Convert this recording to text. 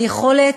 על היכולת,